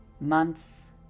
Months